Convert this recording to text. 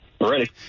ready